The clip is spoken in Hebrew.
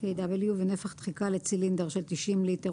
((kW ונפח דחיקה לצילינדר של 90 ליטר